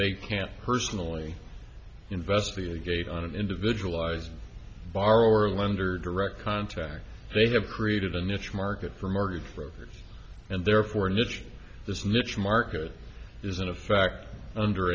they can't personally investigate on an individualized borrower lender direct contact they have created a niche market for mortgage brokers and therefore niche this niche market is in effect under